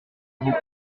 vos